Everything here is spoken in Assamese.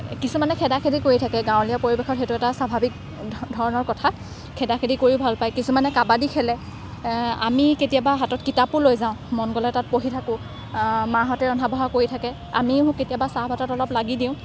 কিছুমানে খেদা খেদি কৰি থাকে গাঁৱলীয়া পৰিৱেশত সেইটো এটা স্বাভাৱিক ধৰণৰ কথা খেদা খেদি কৰিও ভাল পায় কিছুমানে কাবাডী খেলে আমি কেতিয়াবা হাতত কিতাপো লৈ যাওঁ মন গ'লে তাত পঢ়ি থাকোঁ মাহঁতে ৰন্ধা বঢ়া কৰি থাকে আমিও কেতিয়াবা চাহ ভাতত অলপ লাগি দিওঁ